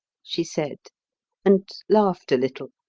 she said and laughed a little,